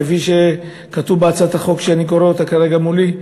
כפי שכתוב בהצעת החוק שאני קורא אותה כרגע מולי,